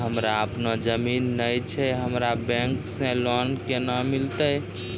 हमरा आपनौ जमीन नैय छै हमरा बैंक से लोन केना मिलतै?